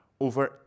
over